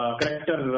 character